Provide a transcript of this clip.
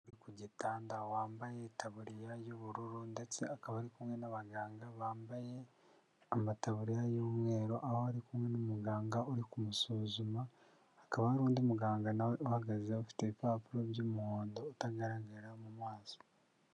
Umurwayi uri ku gitanda wambaye itaburiya y'ubururu ndetse akaba ari kumwe n'abaganga bambaye amataburiya y'umweru, aho ari kumwe n'umuganga uri kumusuzuma akaba hari undi muganga nawe uhagaze ufite ibipapuro by'umuhondo utagaragara mu maso.